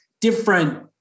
different